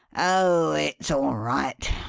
oh it's all right.